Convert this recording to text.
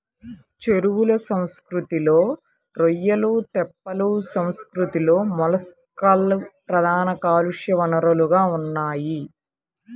చెరువుల సంస్కృతిలో రొయ్యలు, తెప్పల సంస్కృతిలో మొలస్క్లు ప్రధాన కాలుష్య వనరులుగా ఉన్నాయి